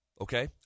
okay